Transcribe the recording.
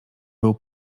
byl